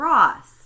Ross